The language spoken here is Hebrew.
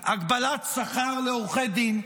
הגבלת שכר לעורכי דין,